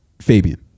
Fabian